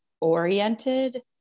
oriented